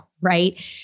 right